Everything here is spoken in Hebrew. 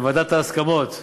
לוועדת ההסכמות,